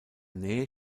neige